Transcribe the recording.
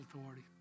authority